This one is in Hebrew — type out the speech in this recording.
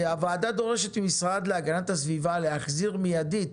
הוועדה דורשת מהמשרד להגנת הסביבה להחזיר מיידית